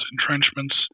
entrenchments